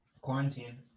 quarantine